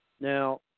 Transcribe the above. Now